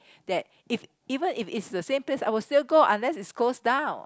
that if even if it is the same place I will still go unless is closed down